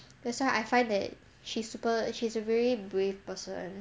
that's why I find that she's super she's a very brave person